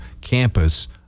campus